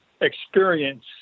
experience